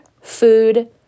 food